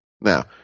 Now